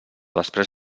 després